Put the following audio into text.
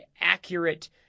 accurate